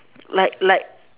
like like